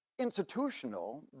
institutional,